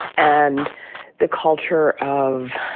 and the culture of